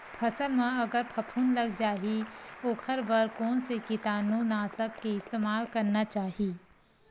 फसल म अगर फफूंद लग जा ही ओखर बर कोन से कीटानु नाशक के इस्तेमाल करना चाहि?